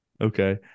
Okay